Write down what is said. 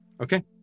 Okay